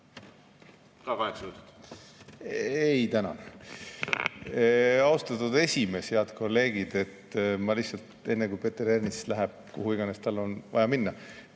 Ei, tänan! Austatud esimees! Head kolleegid! Ma lihtsalt enne, kui Peeter Ernits läheb, kuhu iganes tal on vaja minna,